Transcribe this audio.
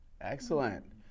Excellent